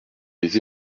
des